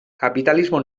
kapitalismo